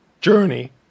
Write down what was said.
journey